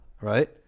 Right